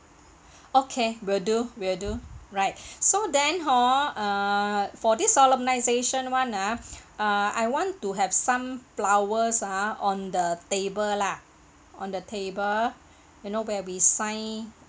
okay we'll do we'll do right so then hor err for this solemnisation [one] ah uh I want to have some flowers ah on the table lah on the table you know where we sign